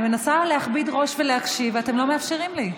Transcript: אני מנסה להכביד ראש ולהקשיב, ואתם לא מאפשרים לי.